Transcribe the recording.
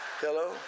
Hello